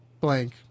blank